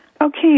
Okay